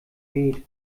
gebet